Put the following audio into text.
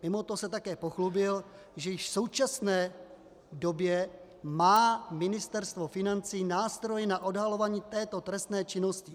Mimoto se také pochlubil, že již v současné době má Ministerstvo financí nástroj na odhalování této trestné činnosti.